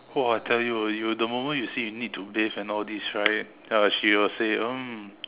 !wah! tell you you the moment you see need to bathe and all these right then she will say mm